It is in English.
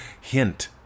Hint